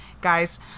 guys